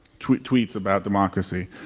tweets tweets about democracy.